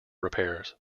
repairs